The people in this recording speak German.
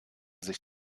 sich